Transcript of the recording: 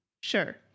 Sure